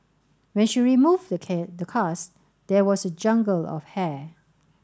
when she removed the cast there was a jungle of hair